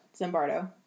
Zimbardo